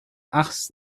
asked